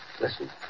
Listen